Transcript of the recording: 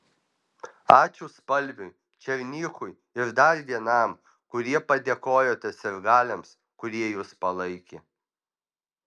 ačiū spalviui černychui ir dar vienam kurie padėkojote sirgaliams kurie jus palaikė